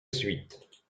suite